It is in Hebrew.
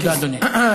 תודה, אדוני.